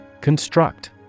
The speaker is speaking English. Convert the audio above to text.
Construct